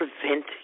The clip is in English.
prevent